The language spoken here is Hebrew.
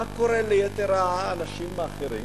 מה קורה ליתר האנשים האחרים?